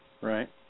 Right